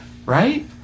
Right